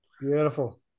Beautiful